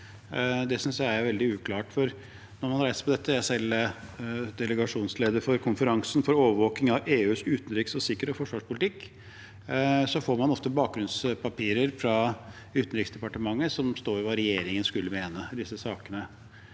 Det synes jeg er veldig uklart. Når man reiser på dette – jeg er selv delegasjonsleder for konferansen for overvåkning av EUs utenriks-, sikkerhets- og forsvarspolitikk – får man ofte bakgrunnspapirer fra Utenriksdepartementet, der det står hva regjeringen skal mene i disse sakene.